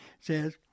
says